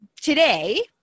today